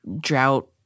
drought